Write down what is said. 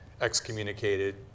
excommunicated